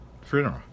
funeral